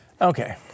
Okay